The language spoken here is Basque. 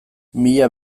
mila